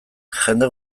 jende